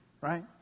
right